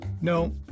No